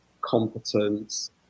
competence